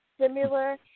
similar